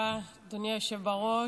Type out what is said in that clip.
תודה רבה, אדוני היושב בראש.